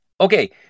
Okay